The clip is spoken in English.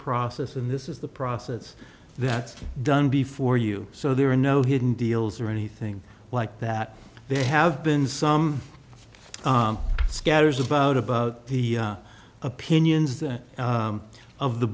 process and this is the process that's done before you so there are no hidden deals or anything like that they have been some scatters about about the opinions that of the